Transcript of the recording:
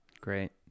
Great